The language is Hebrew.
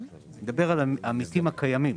אני מדבר על עמיתים קיימים.